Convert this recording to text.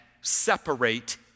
separate